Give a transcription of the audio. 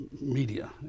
media